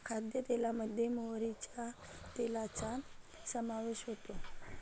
खाद्यतेलामध्ये मोहरीच्या तेलाचा समावेश होतो